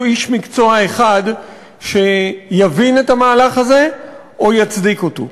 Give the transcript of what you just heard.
איש מקצוע אחד שיבין את המהלך הזה או יצדיק אותו.